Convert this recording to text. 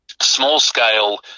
small-scale